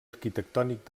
arquitectònic